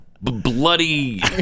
bloody